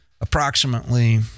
approximately